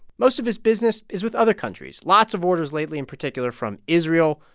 most of his business is with other countries lots of orders lately in particular from israel,